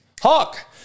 hawk